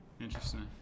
Interesting